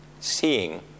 Seeing